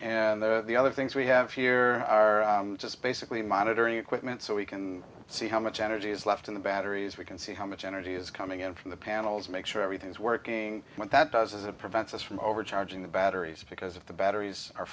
and there the other things we have here are just basically monitoring equipment so we can see how much energy is left in the batteries we can see how much energy is coming in from the panels make sure everything is working what that does is it prevents us from overcharging the batteries because if the batteries are